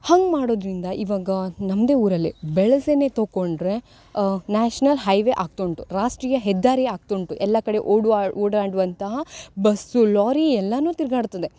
ಹಂಗೆ ಮಾಡುದರಿಂದ ಇವಾಗ ನಮ್ಮದೇ ಊರಲ್ಲಿ ಬೆಳಸೆನೇ ತಕೊಂಡರೆ ನ್ಯಾಷ್ನಲ್ ಹೈವೆ ಆಗ್ತಾ ಉಂಟು ರಾಷ್ಟ್ರೀಯ ಹೆದ್ದಾರಿ ಆಗ್ತಾ ಉಂಟು ಎಲ್ಲ ಕಡೆ ಓಡುವ ಓಡಾಡುವಂತಹ ಬಸ್ಸು ಲಾರಿ ಎಲ್ಲಾನು ತಿರುಗಾಡ್ತದೆ